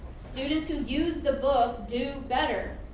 students who use the book do better.